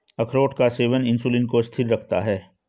अखरोट का सेवन इंसुलिन को स्थिर रखता है